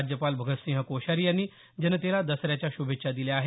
राज्यपाल भगतसिंह कोश्यारी यांनी जनतेला दसऱ्याच्या श्रभेच्छा दिल्या आहेत